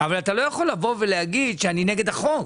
אבל אתה לא יכול לבוא ולהגיד שאני נגד החוק,